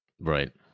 Right